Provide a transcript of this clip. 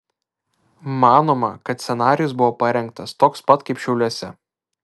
manoma kad scenarijus buvo parengtas toks pat kaip šiauliuose